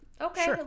Okay